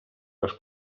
les